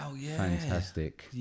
fantastic